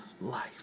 life